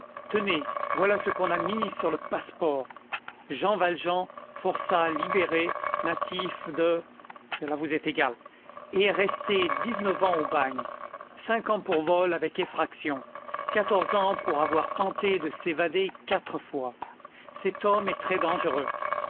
tenez voilà ce qu'on a mis sur le passeport jean valjean forçat libéré natif de cela vous est égal est resté dix-neuf ans au bagne cinq ans pour vol avec effraction quatorze ans pour avoir tenté de s'évader quatre fois cet homme est très dangereux